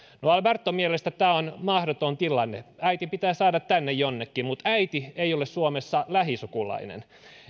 no alberton mielestä tämä on mahdoton tilanne äiti pitää saada tänne jonnekin mutta äiti ei ole suomessa lähisukulainen